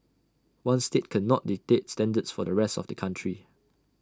one state cannot dictate standards for the rest of the country